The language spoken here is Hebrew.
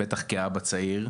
בטח כאבא צעיר,